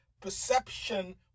perception